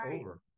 over